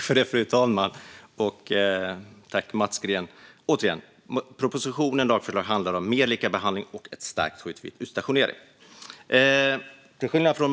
Fru talman! Propositionen handlar om mer likabehandling och ett stärkt skydd vid utstationering.